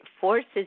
forces